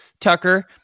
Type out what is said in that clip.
Tucker